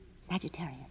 Sagittarius